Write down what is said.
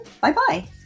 Bye-bye